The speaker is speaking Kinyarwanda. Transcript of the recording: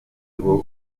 ngo